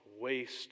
waste